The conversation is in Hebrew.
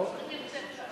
אני נמצאת כאן.